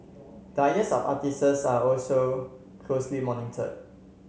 diets of artistes are also closely monitored